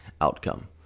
outcome